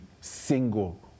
single